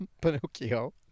Pinocchio